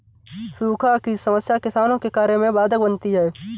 सूखा की समस्या किसानों के कार्य में बाधक बनती है